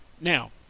Now